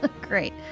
Great